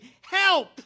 help